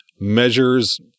measures